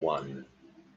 one